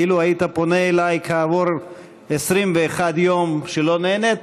אילו היית פונה אליי כעבור 21 יום כשלא נענית,